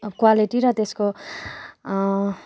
quality र त्यसको